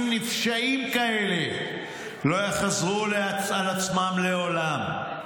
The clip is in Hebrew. נפשעים כאלה לא יחזרו על עצמם לעולם.